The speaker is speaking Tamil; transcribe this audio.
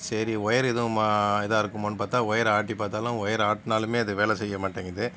சரி ஒயர் ஏதும் இதாக இருக்குமோன்னு பார்த்தா ஒயர் ஆட்டி பார்த்தாலும் ஒயர் ஆட்டினாலுமே இது வேலை செய்ய மாட்டேங்குது